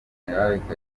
kayumba